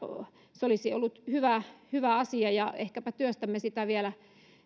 se olisi ollut hyvä hyvä asia ja ehkäpä työstämme sitä vielä